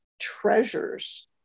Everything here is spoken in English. treasures